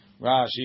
rashi